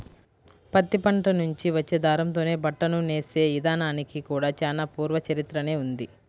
పత్తి పంట నుంచి వచ్చే దారంతోనే బట్టను నేసే ఇదానానికి కూడా చానా పూర్వ చరిత్రనే ఉంది